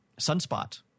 Sunspot